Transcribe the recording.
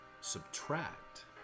subtract